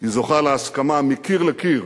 היא זוכה להסכמה מקיר לקיר